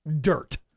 Dirt